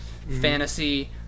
fantasy